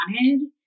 wanted